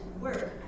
work